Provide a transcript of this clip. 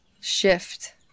shift